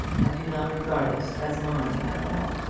i do not regard it as mine at all.